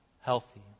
healthy